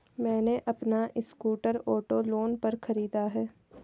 मैने अपना scooter auto loan पर खरीदा है